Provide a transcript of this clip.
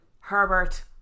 Herbert